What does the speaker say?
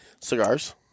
Cigars